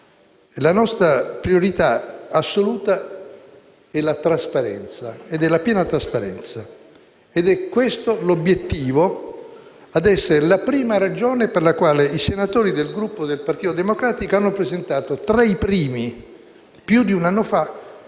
La nostra priorità assoluta è la piena trasparenza. Questo è l'obiettivo ed è la prima ragione per la quale i senatori del Gruppo del Partito Democratico hanno presentato tra i primi, più di un anno fa,